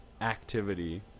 activity